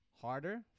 harder